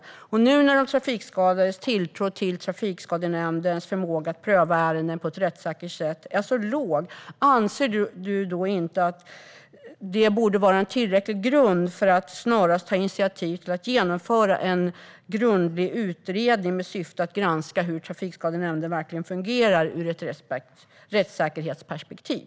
Anser du inte, nu när de trafikskadades tilltro till Trafikskadenämndens förmåga att pröva ärenden på ett rättssäkert sätt är så låg, att detta borde vara tillräcklig grund för att snarast ta initiativ till att genomföra en grundlig utredning med syfte att granska hur Trafikskadenämnden fungerar ur ett rättssäkerhetsperspektiv?